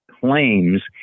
claims